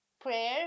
Prayer